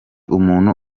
umuntu